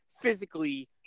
physically